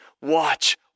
watch